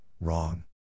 wrong